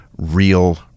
real